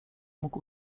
mógł